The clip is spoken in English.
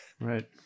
Right